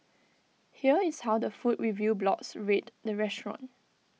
here is how the food review blogs rate the restaurant